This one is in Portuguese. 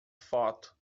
foto